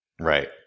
Right